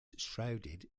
shrouded